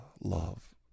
love